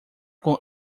con